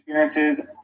experiences